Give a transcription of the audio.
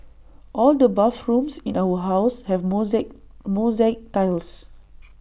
all the bathrooms in our house have mosaic mosaic tiles